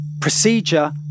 Procedure